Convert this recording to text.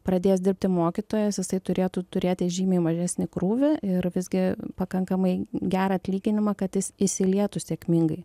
pradėjęs dirbti mokytojas jisai turėtų turėti žymiai mažesnį krūvį ir visgi pakankamai gerą atlyginimą kad jis įsilietų sėkmingai